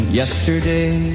yesterday